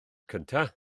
cyntaf